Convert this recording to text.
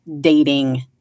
dating